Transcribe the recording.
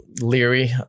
leery